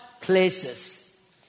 places